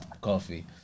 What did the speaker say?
coffee